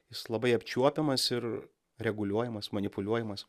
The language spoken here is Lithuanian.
jis labai apčiuopiamas ir reguliuojamas manipuliuojamas